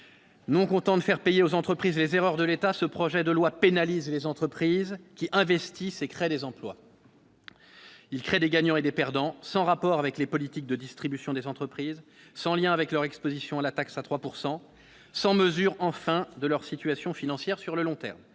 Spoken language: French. non content de faire payer aux entreprises, les erreurs de l'état, ce projet de loi pénalise les entreprises qui investissent et créent des emplois. Il crée des gagnants et des perdants sans rapport avec les politiques de distribution des entreprises sans lien avec leur Exposition à la taxe à 3 pourcent sans sans mesure enfin de leur situation financière, sur le long terme,